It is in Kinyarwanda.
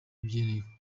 nyene